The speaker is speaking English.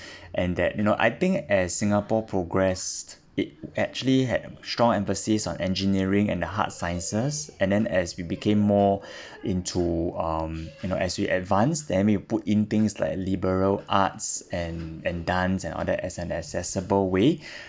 and that you know I think as singapore progressed it actually had a strong emphasis on engineering and the hard sciences and then as we became more into um you know as we advanced then you put in things like liberal arts and and dance and all that as an accessible way